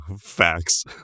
Facts